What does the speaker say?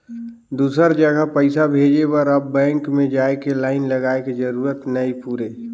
दुसर जघा पइसा भेजे बर अब बेंक में जाए के लाईन लगाए के जरूरत नइ पुरे